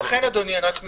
לכן, אדוני, רק משפט אחרון.